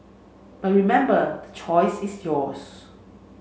but remember the choice is yours